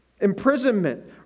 imprisonment